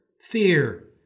Fear